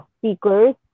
speakers